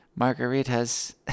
margaritas